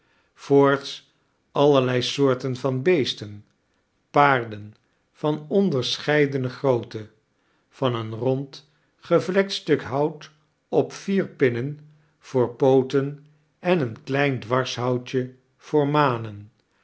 voorts allerlei soorten van beesten paarden van ondeirscheidene grootte van een rond gevlekt stuk hout op vier pinnen voor pooten en een klein dwarshoutj voor manen